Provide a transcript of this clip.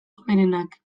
hoberenak